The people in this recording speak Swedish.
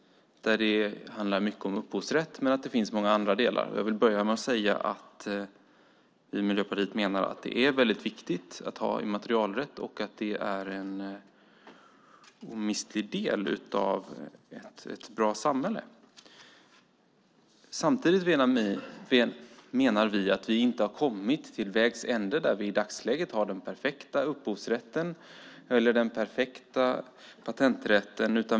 Det handlar mycket om upphovsrätt, men det finns många andra delar. Vi i Miljöpartiet menar att det är viktigt med immaterialrätt, och den är en omistlig del av ett bra samhälle. Samtidigt menar vi att vi inte har kommit till vägs ände där vi i dagsläget har den perfekta upphovsrätten eller den perfekta patenträtten.